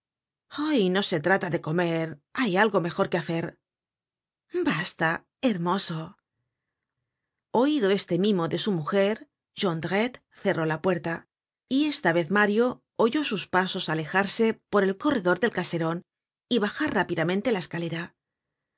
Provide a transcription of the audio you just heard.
hoy no se trata de comer hay algo mejor que hacer basta hermoso oido este mimo de su mujer jondrette cerró la puerta y esta vez mario oyó sus pasos alejarse por el corredor del caseron y hajar rápidamente la escalera